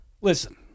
Listen